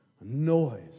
noise